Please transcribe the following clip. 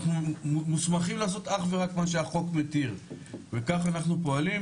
אנחנו מוסמכים לעשות אך ורק מה שהחוק מתיר וכך אנחנו פועלים,